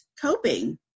coping